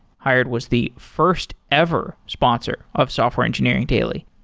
hired was the first ever sponsor of software engineering daily.